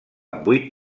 vuit